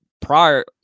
prior